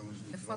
זה מופיע